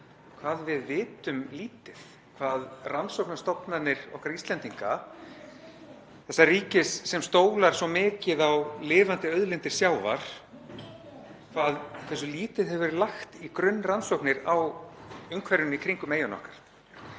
hvað við vitum lítið, hvað rannsóknastofnanir okkar Íslendinga, þessa ríkis sem stólar svo mikið á lifandi auðlindir sjávar, hversu lítið hefur verið lagt í grunnrannsóknir á umhverfinu í kringum eyjuna okkar.